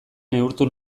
neurtu